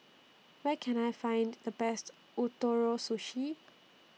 Where Can I Find The Best Ootoro Sushi